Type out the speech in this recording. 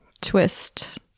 twist